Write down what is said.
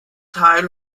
teil